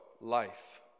Life